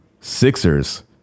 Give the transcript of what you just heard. Sixers